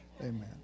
Amen